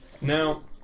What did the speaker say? Now